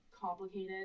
complicated